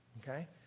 Okay